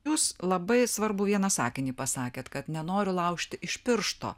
jūs labai svarbų vieną sakinį pasakėt kad nenoriu laužti iš piršto